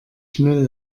schnell